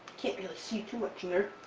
can't really see too much in there.